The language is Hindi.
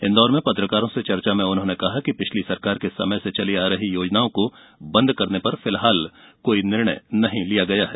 इंदौर में पत्रकारों से चर्चा में उन्होंने कहा कि पिछली सरकार के समय से चली आ रही योजनाओं को बंद करने पर फिलहाल कोई निर्णय नहीं लिया गया है